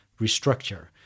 restructure